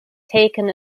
taking